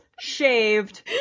shaved